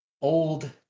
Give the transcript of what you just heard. old